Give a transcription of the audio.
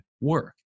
work